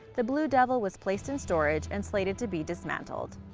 the blue devil was placed in storage and slated to be dismantled.